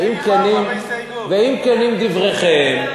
ואם כנים דבריכם,